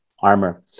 armor